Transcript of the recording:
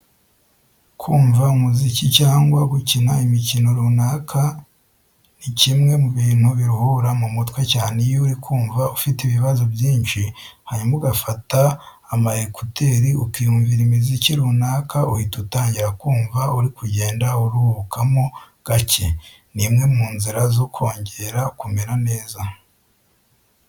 Kumva umuziki cyangwa gukina imikino runaka ni bimwe mu bintu biruhura mu mutwe cyane. Iyo uri kumva ufite ibibazo byinshi hanyuma ugafata ama ekuteri ukiyumvira imiziki runaka uhita utangira kumva uri kugenda uruhukamo gake. Ni imwe mu nzira zo kongera kumera neza.